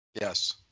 Yes